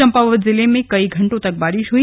चम्पावत जिले में कई घंटों तक बारिश हुई